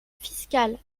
fiscale